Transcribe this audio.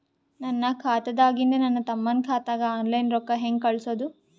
ನನ್ನ ಖಾತಾದಾಗಿಂದ ನನ್ನ ತಮ್ಮನ ಖಾತಾಗ ಆನ್ಲೈನ್ ರೊಕ್ಕ ಹೇಂಗ ಕಳಸೋದು?